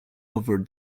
other